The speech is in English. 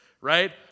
right